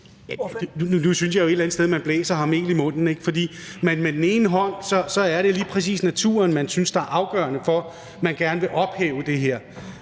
Nu synes jeg jo et eller andet sted, at man både vil blæse og have mel i munden, ikke? På den ene side er det lige præcis naturen, man synes er afgørende for, at man gerne vil ophæve det her.